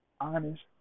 honest